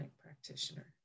practitioner